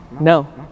No